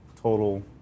total